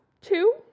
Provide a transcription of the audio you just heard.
two